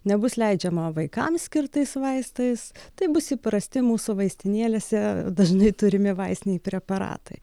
nebus leidžiama vaikams skirtais vaistais tai bus įprasti mūsų vaistinėlėse dažnai turimi vaistiniai preparatai